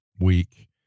week